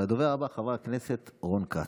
הדובר הבא, חבר הכנסת רון כץ.